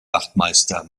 wachtmeister